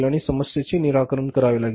आणि समस्सेचे निराकरण करावे लागेल